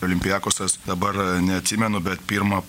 olimpiakosas dabar neatsimenu bet pirmą